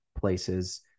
places